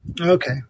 okay